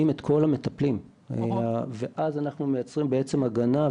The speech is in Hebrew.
את כל המטפלים ואז אנחנו מייצרים בעצם הגנה,